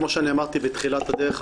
כמו שאני אמרתי בתחילת הדרך,